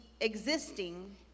existing